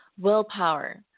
willpower